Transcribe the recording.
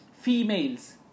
females